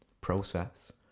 process